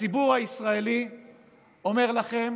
הציבור הישראלי אומר לכם